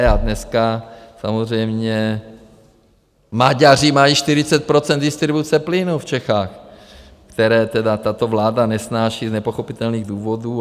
A dneska samozřejmě Maďaři mají 40 % distribuce plynu v Čechách, které tedy tato vláda nesnáší z nepochopitelných důvodů.